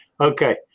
Okay